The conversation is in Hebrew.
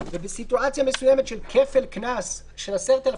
ובסיטואציה מסוימת של כפל קנס של 10,000,